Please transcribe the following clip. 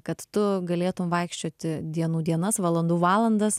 kad tu galėtum vaikščioti dienų dienas valandų valandas